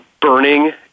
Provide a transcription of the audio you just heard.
burning